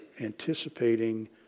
anticipating